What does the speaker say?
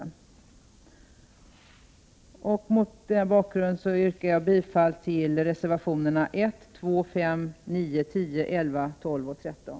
Mot denna bakgrund yrkar jag bifall till reservationerna 1, 2, 5, 9, 10, 11, 12 och 13.